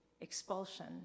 expulsion